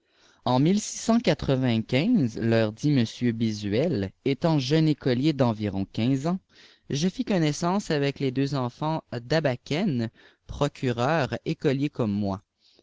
en leur dit m bézuel étant jeune écolier d'environ quinze ans je fis connaissance avec les deux enfants dâbaqûène procureur écoliers comme moi